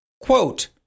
Quote